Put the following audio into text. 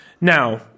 Now